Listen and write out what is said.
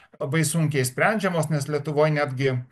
labai sunkiai sprendžiamos nes lietuvoj netgi